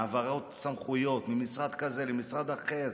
העברת סמכויות ממשרד כזה למשרד אחר,